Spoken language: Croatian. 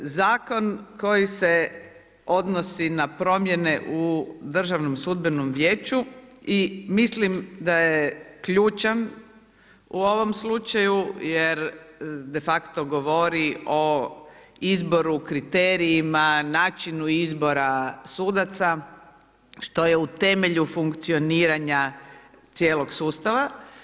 Zakon koji se odnosi na promjene u Državnom sudbenom vijeću i mislim da je ključan u ovom slučaju jer de facto govori o izboru, kriterijima, načinu izboru sudaca, što je u temelju funkcioniranja cijelog sustava.